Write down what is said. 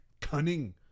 cunning